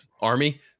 Army